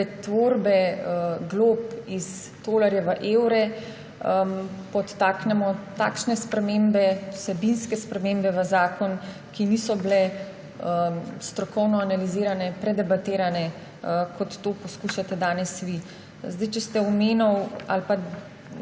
pretvorbe glob iz tolarje v evre podtaknemo takšne spremembe, vsebinske spremembe v zakon, ki niso bile strokovno analizirane, predebatirane, kot to poskušate danes vi. Če ste omenili ali